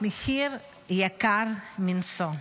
מחיר יקר מנשוא.